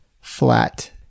flat